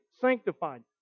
sanctified